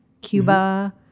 Cuba